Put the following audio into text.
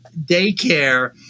daycare